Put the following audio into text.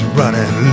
running